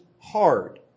hard